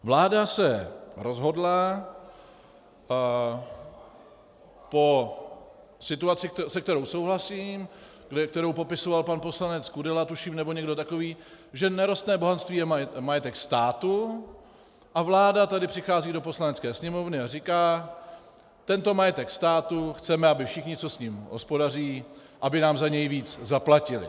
Vláda se rozhodla po situaci, se kterou souhlasím, kterou popisoval pan poslanec Kudela, tuším, nebo někdo takový, že nerostné bohatství je majetek státu, a vláda tady přichází do Poslanecké sněmovny a říká: Tento majetek státu chceme, aby všichni, co s ním hospodaří, aby nám za něj víc zaplatili.